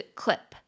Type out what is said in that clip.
clip